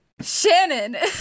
Shannon